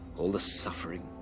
all the suffering.